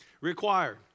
Required